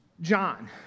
John